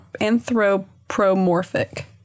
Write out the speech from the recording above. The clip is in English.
Anthropomorphic